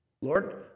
Lord